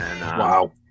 Wow